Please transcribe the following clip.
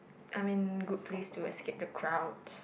I mean good place to escape the crowd